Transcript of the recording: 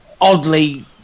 oddly